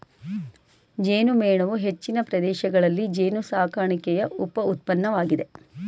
ಜೇನುಮೇಣವು ಹೆಚ್ಚಿನ ಪ್ರದೇಶಗಳಲ್ಲಿ ಜೇನುಸಾಕಣೆಯ ಉಪ ಉತ್ಪನ್ನವಾಗಿದೆ